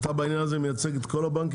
אתה מייצג בעניין הזה את כל הבנקים?